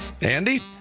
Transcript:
Andy